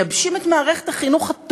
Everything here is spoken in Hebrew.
מייבשים את מערכת החינוך,